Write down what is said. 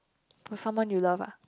for someone you love ah